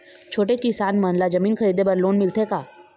छोटे किसान मन ला जमीन खरीदे बर लोन मिलथे का?